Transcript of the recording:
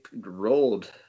rolled